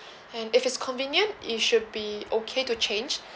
and if it's convenient it should be okay to change